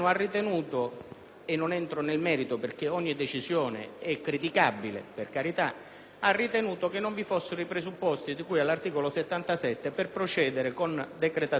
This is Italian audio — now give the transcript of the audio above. e non entro nel merito, perché ogni decisione, per carità, è criticabile, che non vi fossero i presupposti di cui all'articolo 77 per procedere con decretazione d'urgenza